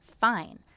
fine